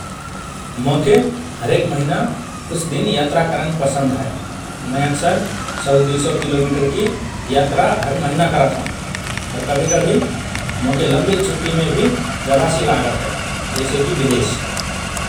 मोके हरेक महिना कुछ दिन यात्रा करन पसन्द हए । मए अक्सर सौ, दुई सौ किलोमिटरकि यात्रा हर महिना करत हओं । पर कभि–कभि मोके लम्बी छुट्टीमे भि जबासि लागत हए । जैसे कि विदेश ।